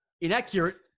Inaccurate